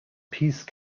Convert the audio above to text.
peace